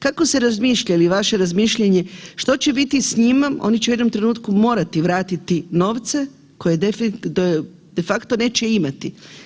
Kako ste razmišljali, vaše razmišljanje, što će biti s njima, oni će u jednom trenutku morati vratiti novce koje de facto neće imati?